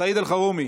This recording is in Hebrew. סעיד אלחרומי